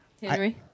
Henry